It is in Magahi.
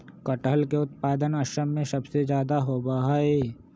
कटहल के उत्पादन असम में सबसे ज्यादा होबा हई